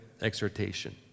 exhortation